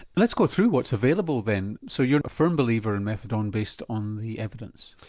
let's go through what's available then. so you're a firm believer in methadone based on the evidence?